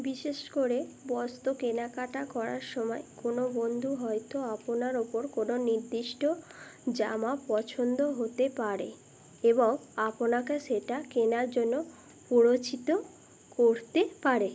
বিশেষ করে বস্ত্র কেনাকাটা করার সমায় কোনো বন্ধু হয়তো আপনার ওপর কোনো নির্দিষ্ট জামা পছন্দ হতে পারে এবং আপনাকে সেটা কেনার জন্য প্ররোচিত করতে পারে